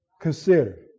consider